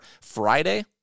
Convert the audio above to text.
Friday